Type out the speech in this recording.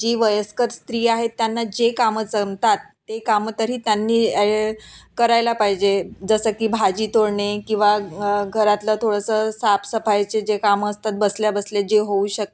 जी वयस्कर स्त्री आहेत त्यांना जे कामं जमतात ते कामं तरी त्यांनी करायला पाहिजे जसं की भाजी तोडणे किंवा घरातलं थोडंसं साफसफाईचे जे कामं असतात बसल्या बसल्या जे होऊ शकतात